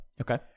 Okay